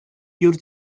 your